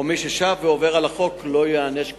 או שמי ששב ועובר על החוק לא ייענש כראוי.